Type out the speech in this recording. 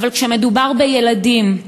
אבל כשמדובר בילדים,